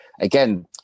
Again